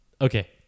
Okay